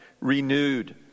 renewed